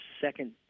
second